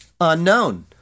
unknown